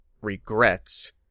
regrets